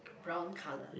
brown colour